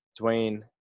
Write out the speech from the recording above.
Dwayne